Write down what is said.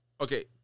okay